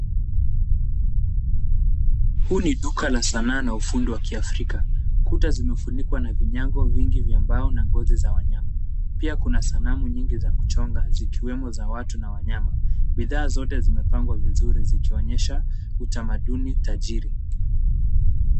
Huu ni duka la sanaa na kiufundi wa kiafrika. Kuta zimefunikwa na vinyago vingi vya mbao na ngozi za wanyama, pia kuna sanamu nyingi za kuchonga zikiwemo za watu na wanyama. Bidhaa zote zimepangwa vizuri zikionyesha utamaduni tajiri.